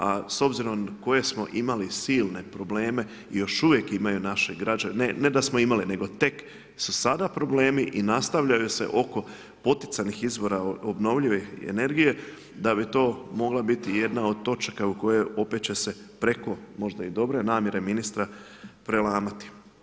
A s obzirom koje smo imali silne probleme i još uvijek imaju naši građani, ne da smo imali, nego tek su sada problemi i nastavljaju se oko poticajnih izvora obnovljivih energije da bi to mogla biti jedna od točaka u kojoj će se opet preko možda i dobre namjere ministra prelamati.